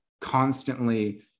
constantly